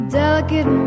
delicate